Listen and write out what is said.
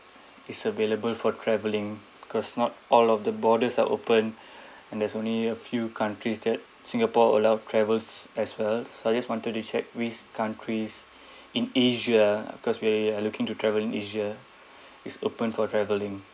is available for traveling because not all of the borders are open and there's only a few countries that singapore allow travels as well so I just wanted to check which countries in asia because we're looking to travel in asia is open for traveling